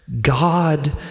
God